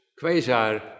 quasar